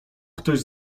ktoś